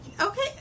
Okay